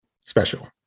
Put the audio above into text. special